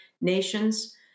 nations